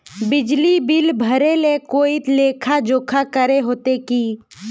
बिजली बिल भरे ले कोई लेखा जोखा करे होते की?